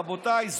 רבותיי,